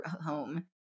home